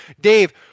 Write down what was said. dave